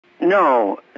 No